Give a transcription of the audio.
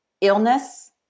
illness